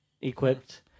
equipped